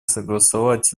согласовать